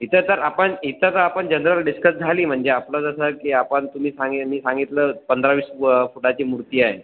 इथं तर आपण इथं तर आपण जनरल डिस्कस झाली म्हणजे आपलं जसं की आपण तुम्ही सांगेन मी सांगितलं पंधरा वीस व फुटाची मूर्ती आहे